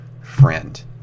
friend